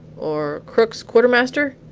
or crookes-quartermaster.